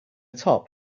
top